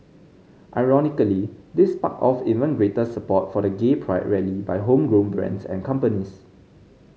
ironically this sparked off even greater support for the gay pride rally by homegrown brands and companies